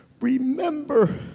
remember